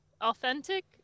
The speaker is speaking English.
authentic